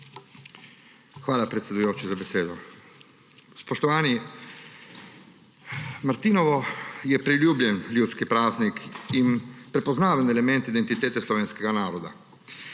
Hvala, predsedujoči, za besedo. Spoštovani! Martinovo je priljubljen ljudski praznik in prepoznaven element identitete slovenskega naroda.